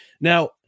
Now